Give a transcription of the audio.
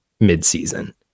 midseason